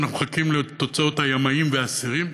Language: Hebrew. מחכים לתוצאות הימאים והאסירים.